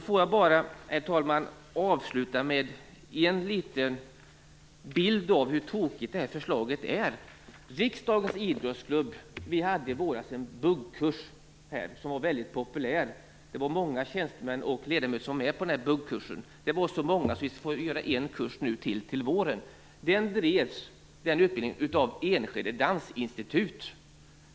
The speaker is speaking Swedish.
Får jag bara, herr talman, avsluta med en liten bild av hur tokigt det här förslaget är. Vi i Riksdagens idrottsklubb hade i våras en buggkurs. Den var väldigt populär. Det var många tjänstemän och ledamöter som var med på denna buggkurs. Det var så många att vi nu får anordna en ny kurs till våren. Denna utbildning bedrevs av Enskede dansinstitut.